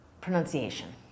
pronunciation